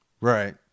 Right